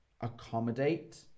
accommodate